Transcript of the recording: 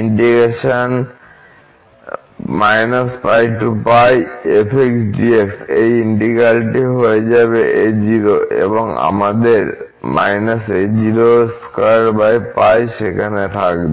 integral টি হয়ে যাবে a0 তাই আমাদের সেখানে থাকবে